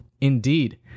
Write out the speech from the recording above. Indeed